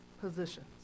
positions